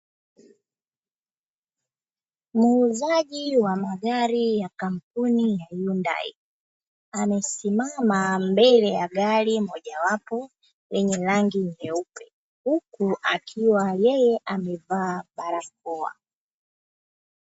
Muuzaji wa magari ya kampuni ya Hyundai amesimama mbele ya gari moja wapo lenye rangi nyeupe, huku akiwa yeye amevaa barakoa.